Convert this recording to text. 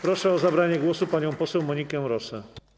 Proszę o zabranie głosu panią poseł Monikę Rosę.